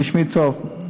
תשמעי טוב,